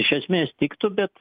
iš esmės tiktų bet